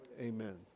Amen